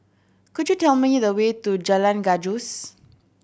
could you tell me the way to Jalan Gajus